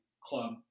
Club